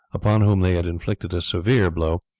upon whom they had inflicted a severe blow,